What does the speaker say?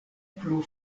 plu